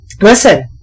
listen